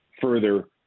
further